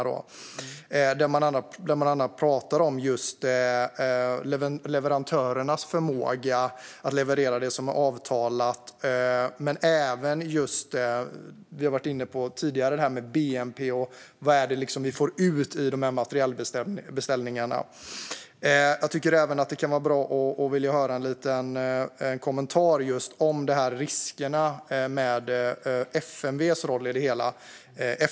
Där pratar man bland annat just om leverantörernas förmåga att leverera det som är avtalat men även vad vi liksom får ut i materielbeställningarna. Vi har varit inne på tidigare gällande det här med bnp. Jag skulle även vilja höra en kommentar angående risker och FMV:s roll i det hela.